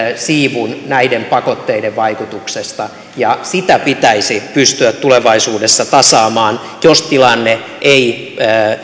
siivun näiden pakotteiden vaikutuksesta ja sitä pitäisi pystyä tulevaisuudessa tasaamaan jos tilanne ei